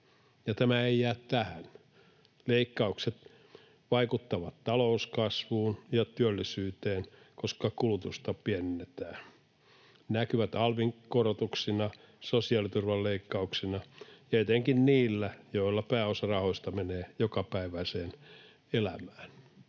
tämä ei jää tähän. Leikkaukset vaikuttavat talouskasvuun ja työllisyyteen, koska kulutusta pienennetään. Ne näkyvät alvin korotuksina, sosiaaliturvan leikkauksina ja etenkin niillä, joilla pääosa rahoista menee jokapäiväiseen elämään.